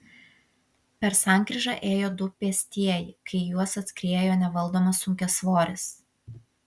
per sankryžą ėjo du pėstieji kai į juos atskriejo nevaldomas sunkiasvoris